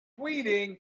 tweeting